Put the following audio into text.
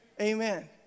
Amen